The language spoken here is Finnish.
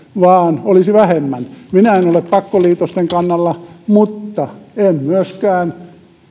vaan olisi vähemmän minä en ole pakkoliitosten kannalla mutta en myöskään